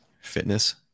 fitness